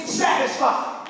satisfied